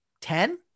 ten